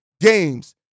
games